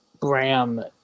Bram